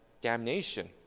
Damnation